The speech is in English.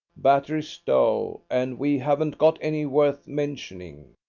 batter is dough and we haven't got any worth mentioning.